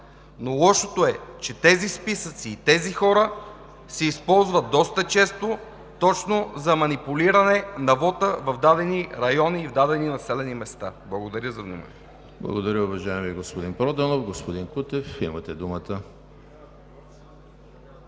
Лошото е, че тези списъци и хора се използват доста често точно за манипулиране на вота в дадени райони и в дадени населени места. Благодаря за вниманието. ПРЕДСЕДАТЕЛ ЕМИЛ ХРИСТОВ: Благодаря, уважаеми господин Проданов. Господин Кутев – имате думата.